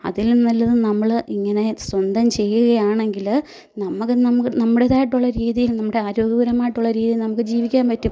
അതിലും നല്ലത് നമ്മൾ ഇങ്ങനെ സ്വന്തം ചെയ്യുകയാണെങ്കിൽ നമ്മക്ക് നമുക്ക് നമ്മുടേതായിട്ടുള്ള രീതിയിൽ നമ്മുടെ ആരോഗ്യപരമായിട്ടുള്ള രീതിയിൽ നമുക്ക് ജീവിക്കാൻ പറ്റും